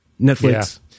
Netflix